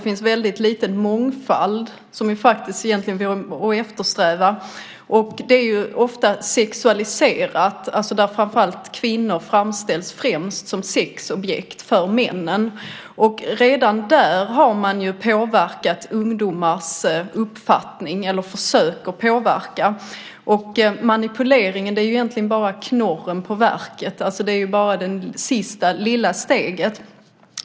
Därmed är också mångfalden, som egentligen vore att eftersträva, väldigt liten. Dessutom är det hela ofta sexualiserat genom att kvinnor främst framställs som sexobjekt för männen. Redan där har man försökt påverka ungdomars uppfattning, och manipuleringen av bilden är egentligen bara kronan på verket. Den är bara det sista lilla steget.